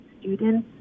students